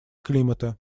климата